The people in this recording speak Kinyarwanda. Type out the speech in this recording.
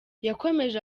yakomeje